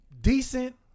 Decent